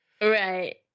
Right